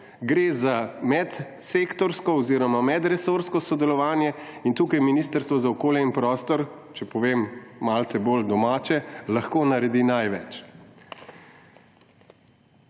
gre za medsektorsko oziroma medresorsko sodelovanje in tukaj Ministrstvo za okolje in prostor, če povem malce bolj domače, lahko naredi največ.